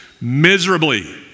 miserably